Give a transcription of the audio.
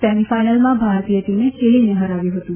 semi ફાઈનલમાં ભારતીય ટીમે યીલીને હરાવ્યું હતું